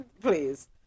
Please